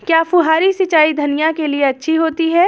क्या फुहारी सिंचाई धनिया के लिए अच्छी होती है?